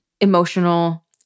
emotional